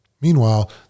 meanwhile